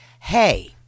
Hey